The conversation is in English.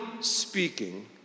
speaking